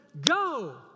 go